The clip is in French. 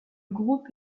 groupe